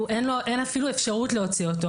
אין אפילו אפשרות להוציא אותו.